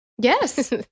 Yes